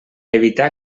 evitar